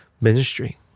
ministry